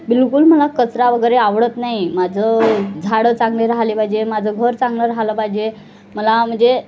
बिलकुल मला कचरा वगैरे आवडत नाही माझं झाडं चांगले राहिली पाहिजे माझं घर चांगलं राहलं पाहिजे मला म्हणजे